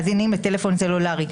אם מאזינים לטלפון סלולרי,